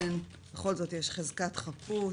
בכל זאת חזקת חפות,